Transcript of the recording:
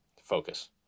focus